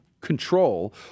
control